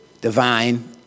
divine